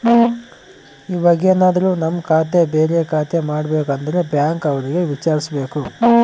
ಇವಾಗೆನದ್ರು ನಮ್ ಖಾತೆ ಬೇರೆ ಖಾತೆ ಮಾಡ್ಬೇಕು ಅಂದ್ರೆ ಬ್ಯಾಂಕ್ ಅವ್ರಿಗೆ ವಿಚಾರ್ಸ್ಬೇಕು